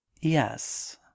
Yes